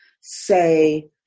say